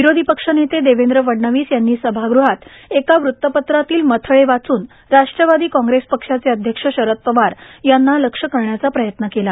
विरोधीपक्षनेते देवेद्र फडणवीस यांनी सभागृहात एका वृतपत्रातील मथळे वाचनू राष्ट्रवादी कॉग्रेसपक्षाचे अध्यक्ष शरद पवार यांना लक्ष्य करण्याचा प्रयत्न केला